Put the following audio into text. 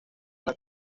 una